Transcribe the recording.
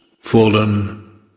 fallen